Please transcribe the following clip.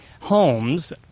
homes